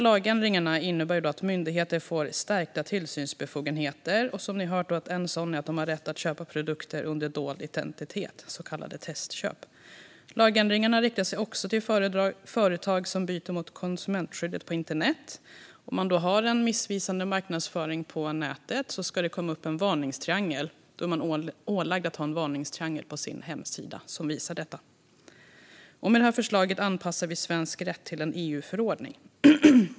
Lagändringarna innebär att myndigheter får stärkta tillsynsbefogenheter. Som ni har hört är en sådan att de har rätt att köpa produkter under dold identitet, så kallade testköp. Lagändringarna riktar sig också till företag som bryter mot konsumentskyddet på internet. Om man har missvisande marknadsföring på nätet ska det komma upp en varningstriangel. Företagen är då ålagda att ha en varningstriangel på sina hemsidor som visar detta. Med detta förslag anpassar vi svensk rätt till en EU-förordning.